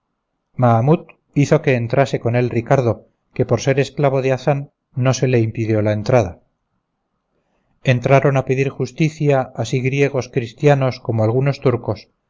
mahamut hizo que entrase con él ricardo que por ser esclavo de hazán no se le impidió la entrada entraron a pedir justicia así griegos cristianos como algunos turcos